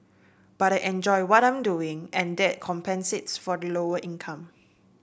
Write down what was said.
but I enjoy what I'm doing and that compensates for the lower income